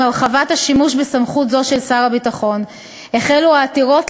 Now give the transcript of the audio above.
עם הרחבת השימוש בסמכות זו של שר הביטחון החלו העתירות